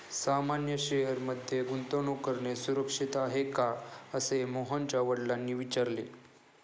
सामान्य शेअर मध्ये गुंतवणूक करणे सुरक्षित आहे का, असे मोहनच्या वडिलांनी विचारले